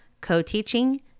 co-teaching